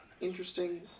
interesting